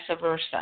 versa